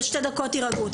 אל תפריע לי.